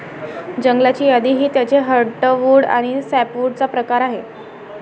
जंगलाची यादी ही त्याचे हर्टवुड आणि सॅपवुडचा प्रकार आहे